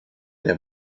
der